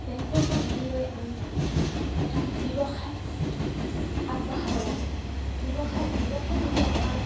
বেংকৰ পৰা লোন লৈ আমি এটা ব্যৱসায় আগবঢ়াব লাগে ব্যৱসায় ব্যৱসায় যেতিয়া আমাৰ